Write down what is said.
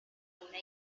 una